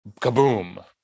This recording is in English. kaboom